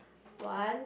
one